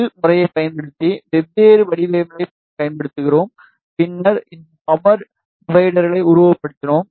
will முறையைப் பயன்படுத்தி வெவ்வேறு வடிவவியலைப் பயன்படுத்துகிறோம் பின்னர் இந்த பவர் டிவிடெர்னை உருவகப்படுத்தினோம்